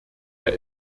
der